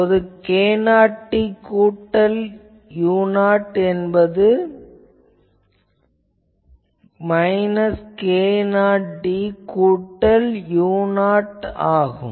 இதுவே k0d கூட்டல் u0 என்பதாகும் இது மைனஸ் k0d கூட்டல் u0 ஆகும்